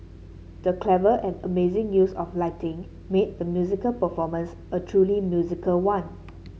the clever and amazing use of lighting made the musical performance a truly musical one